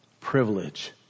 privilege